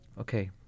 Okay